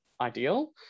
ideal